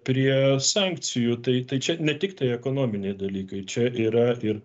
prie sankcijų tai čia ne tiktai ekonominiai dalykai čia yra ir